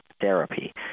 therapy